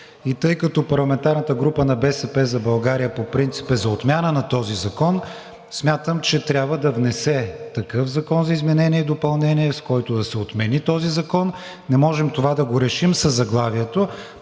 Тъй като парламентарната група на „БСП за България“ по принцип е за отмяна на този закон, смятам, че трябва да внесе такъв Закон за изменение и допълнение, с който да се отмени този закон – не можем това да го решим със заглавието.